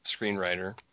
screenwriter